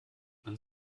man